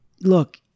Look